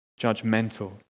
judgmental